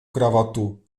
kravatu